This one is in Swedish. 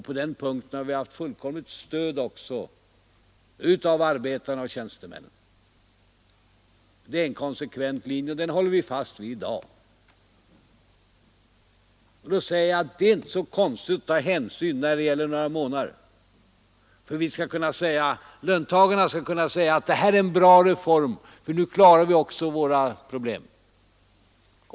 På den punkten har vi fullkomligt stöd av arbetare och tjänstemän. Det är en konsekvent linje, som vi håller fast vid. Herr Fälldin säger att det inte är så svårt att ta hänsyn, när det bara gäller några månader. Men löntagarna skall kunna säga att detta är en bra reform, som löser deras problem.